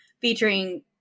featuring